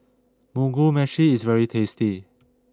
Mugi Meshi is very tasty